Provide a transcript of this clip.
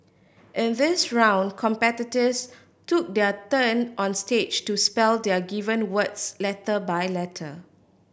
in this round competitors took their turn on stage to spell their given words letter by letter